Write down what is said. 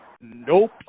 nope